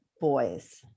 boys